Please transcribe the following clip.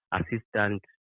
assistant